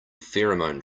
pheromone